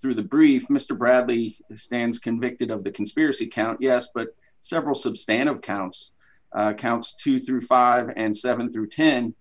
through the brief mister bradley stands convicted of the conspiracy count yes but several substantial counts counts two through five and seven through ten